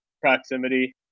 proximity